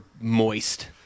moist